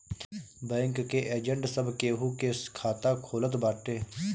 bank के agent सब केहू के खाता खोलत बाटे